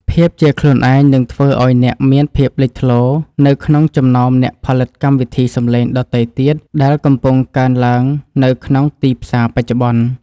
ភាពជាខ្លួនឯងនឹងធ្វើឱ្យអ្នកមានភាពលេចធ្លោនៅក្នុងចំណោមអ្នកផលិតកម្មវិធីសំឡេងដទៃទៀតដែលកំពុងកើនឡើងនៅក្នុងទីផ្សារបច្ចុប្បន្ន។